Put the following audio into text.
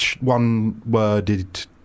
one-worded